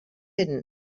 hidden